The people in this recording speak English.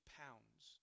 pounds